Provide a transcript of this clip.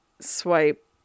swipe